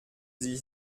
sie